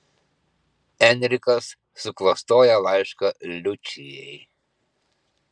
enrikas suklastoja laišką liučijai